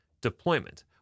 deployment